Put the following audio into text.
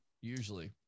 usually